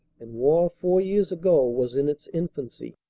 and war four years ago was in its infancy.